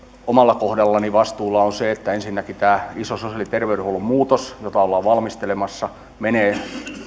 omalla kohdallani vastuulla on se että ensinnäkin tämä iso sosiaali ja terveydenhuollon muutos jota ollaan valmistelemassa menee